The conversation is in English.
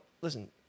listen